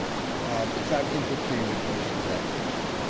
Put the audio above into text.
um it's not implicating the commission's activity.